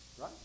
right